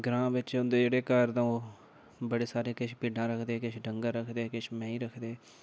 ग्रांऽ बिच्च होंदे जेह्ड़े घर तां ओह् बड़े सारे किश भिड्डां रखदे किश डंगर रखदे किश मेहीं रखदे